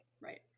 Right